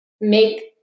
make